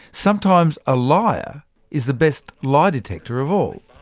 sometimes a liar is the best lie detector of all.